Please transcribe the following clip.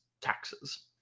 taxes